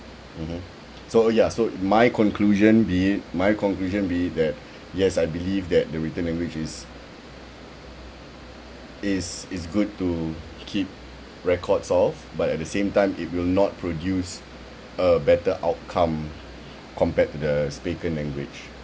mm mm so uh ya so my conclusion be it my conclusion be it that yes I believe that the written language is is is good to keep records of but at the same time it will not produce a better outcome compared to the spoken language